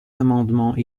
amendements